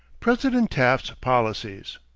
president taft's policies.